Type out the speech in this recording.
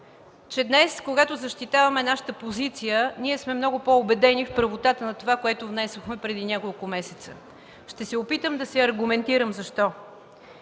че днес, когато защитаваме нашата позиция, ние сме много по-убедени в правотата на това, което внесохме преди няколко месеца. Ще се опитам да се аргументирам защо.